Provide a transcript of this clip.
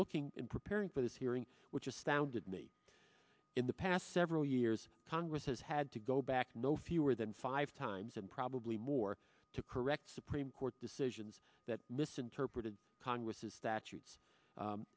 looking in preparing for this hearing which astounded me in the past several years congress has had to go back no fewer than five times and probably more to correct supreme court decisions that misinterpreted congress's statutes